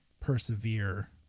persevere